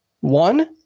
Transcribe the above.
One